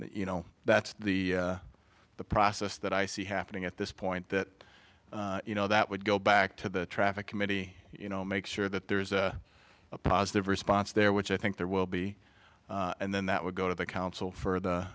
you know that's the process that i see happening at this point that you know that would go back to the traffic committee you know make sure that there is a positive response there which i think there will be and then that would go to the council for the